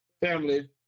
family